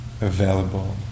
available